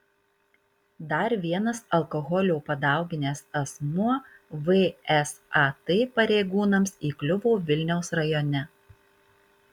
dar vienas alkoholio padauginęs asmuo vsat pareigūnams įkliuvo vilniaus rajone